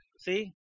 See